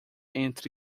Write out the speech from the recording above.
entre